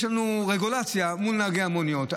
יש לנו רגולציה מול נהגי המוניות,